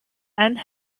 and